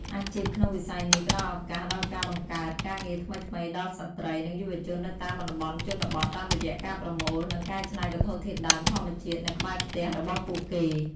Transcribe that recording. អាជីពក្នុងវិស័យនេះផ្ដល់ឱកាសដល់ការបង្កើតការងារថ្មីៗដល់ស្រ្តី និងយុវជននៅតាមតំបន់ជនបទ តាមរយៈការប្រមូល និងកែច្នៃវត្ថុធាតុដើមធម្មជាតិនៅក្បែរផ្ទះរបស់ពួកគេ។